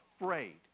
afraid